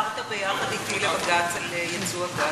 עתרת ביחד אתי לבג"ץ על ייצוא הגז?